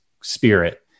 spirit